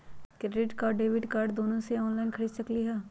Credit card और debit card दोनों से ऑनलाइन खरीद सकली ह?